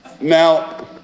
Now